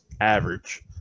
average